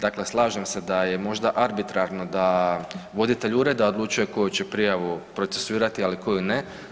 Dakle, slažem se da je možda arbitrarno da voditelj ureda odlučuje koju će prijavu procesuirati, ali koju ne.